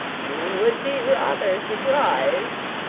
you would be rather surprised,